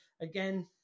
again